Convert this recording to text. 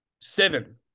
Seven